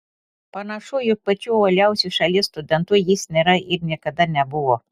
panašu jog pačiu uoliausiu šalies studentu jis nėra ir niekada nebuvo